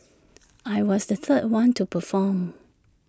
I was the third one to perform